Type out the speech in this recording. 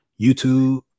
YouTube